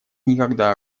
никогда